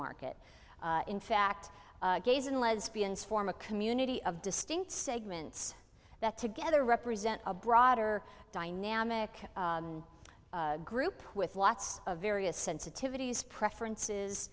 market in fact gays and lesbians form a community of distinct segments that together represent a broader dynamic group with lots of various sensitivities preferences